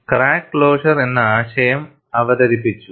crack closure എന്ന ആശയം അവതരിപ്പിച്ചു